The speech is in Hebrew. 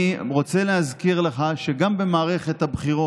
צריך בזמן אמת להגיד, כי כשליברמן אמר את זה,